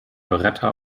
beretta